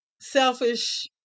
selfish